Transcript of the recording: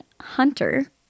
Hunter